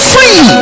Free